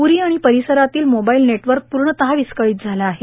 प्ररी आणि परिसरातील मोबाईल नेटवर्क पूर्णतः विस्कळीत झालं आहे